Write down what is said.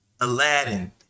Aladdin